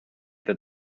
that